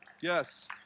yes